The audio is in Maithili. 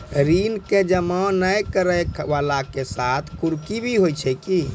ऋण के जमा नै करैय वाला के साथ कुर्की भी होय छै कि?